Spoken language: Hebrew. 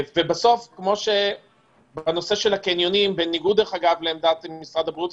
בסוף כמו שפתחו את הקניונים בניגוד לעמדת משרד הבריאות,